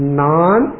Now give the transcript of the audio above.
non